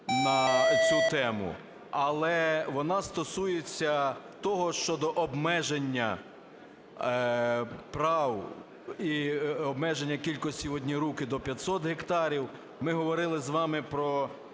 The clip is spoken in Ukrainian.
на цю тему. Але вона стосується того, щодо обмеження прав і обмеження кількості в одні руки до 500 гектарів. Ми говорили з вами про